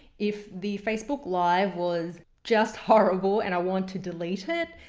if the facebook live was just horrible and i want to delete it,